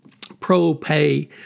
ProPay